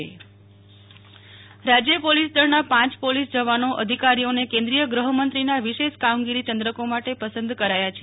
Nehal Thakkar police medal રાજ્ય police દળના પાંચ પોલીસ જવાનો અધિકારીઓને કેન્દ્રીય ગૃહમંત્રીના વિશેષ કામગીરી ચંદ્રકો માટે પસંદ કરાયા છે